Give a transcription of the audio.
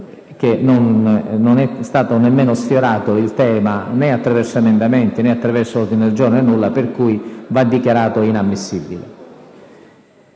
non è stato nemmeno sfiorato il tema, né attraverso emendamenti né attraverso ordini del giorno, per cui va dichiarato inammissibile.